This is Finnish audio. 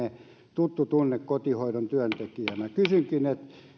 tuttu tunne kotihoidon työntekijänä kysynkin